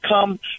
come